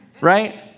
right